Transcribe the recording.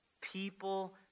People